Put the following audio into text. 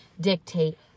dictate